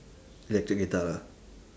electric guitar lah